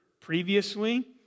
previously